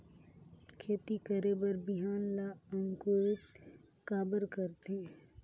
खेती करे बर बिहान ला अंकुरित काबर करथे?